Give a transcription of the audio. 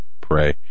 pray